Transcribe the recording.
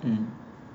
mm